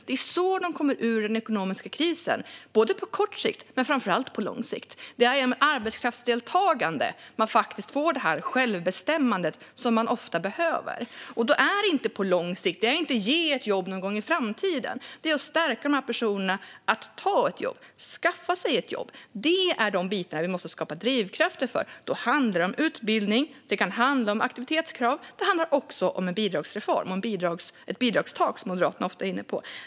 Det är så de kommer ur den ekonomiska krisen, både på kort sikt och framför allt på lång sikt. Det är genom arbetskraftsdeltagande man får det självbestämmande man ofta behöver. Då handlar det inte om det långsiktiga, att ge ett jobb någon gång i framtiden, utan om att stärka dessa personer så att de kan skaffa sig ett jobb. Det är detta vi måste skapa drivkrafter för. Det handlar om utbildning och aktivitetskrav och också om en bidragsreform och ett bidragstak, som Moderaterna ofta är inne på.